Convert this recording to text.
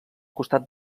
costat